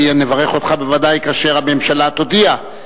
כי נברך אותך בוודאי כאשר הממשלה תודיע,